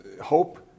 hope